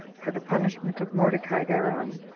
for the punishment of mordecai thereon,